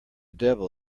devil